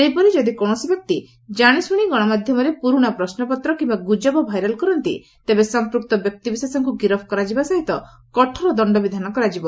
ସେହିପରି ଯଦି କୌଣସି ବ୍ୟକ୍ତି ଜାଶିଶ୍ବଶି ଗଣମାଧ୍ଧମରେ ପୁରୁଣା ପ୍ରଶ୍ମପତ୍ର କିମ୍ବା ଗୁଜବ ଭାଇରାଲ କରନ୍ତି ତେବେ ସଂପୃକ୍ତ ବ୍ୟକ୍ତିବିଶେଷଙ୍କୁ ଗିରଫ କରାଯିବା ସହିତ କଠୋର ଦଶ୍ତବିଧାନ କରାଯିବ